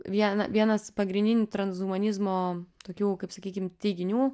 viena vienas pagrindinių transhumanizmo tokių kaip sakykim teiginių